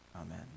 Amen